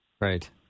right